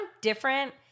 different